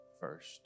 first